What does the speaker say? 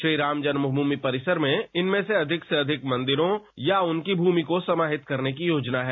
श्री राम जन्मभूमि परिसर में इनमें से अधिक से अधिक मंदिरों या उनकी भूमि को समाहित करने की योजना है